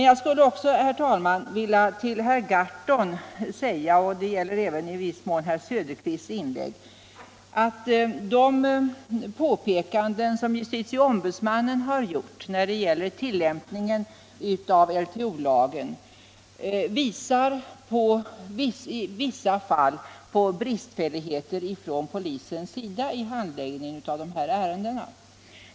Jag skulle också, herr talman, vilja säga till herr Gahrton — det gäller även i viss mån herr Söderqvists inlägg — att de påpekanden som justiticombudsmannen har gjort när det gäller tillämpningen av LTO visar i en del fall på bristfälligheter från polisens sida vid handläggningen av dessa ärenden.